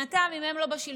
מבחינתם, אם הם לא בשלטון,